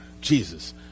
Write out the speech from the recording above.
Jesus